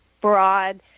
broad